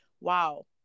wow